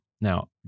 Now